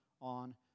on